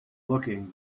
looking